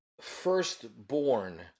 firstborn